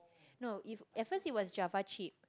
no if at first it was java chip